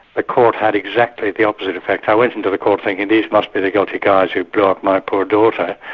the court had exactly the opposite effect. i went into the court thinking these just be the guilty guys who blew up my poor daughter,